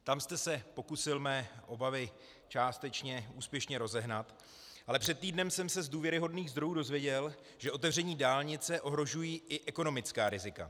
Tam jste se pokusil mé obavy částečně úspěšně rozehnat, ale před týdnem jsem se z důvěryhodných zdrojů dozvěděl, že otevření dálnice ohrožují i ekonomická rizika.